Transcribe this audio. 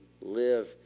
live